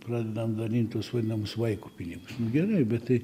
pradedam dalint tuos vadinamus vaiko pinigus nu gerai bet tai